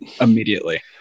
immediately